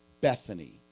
Bethany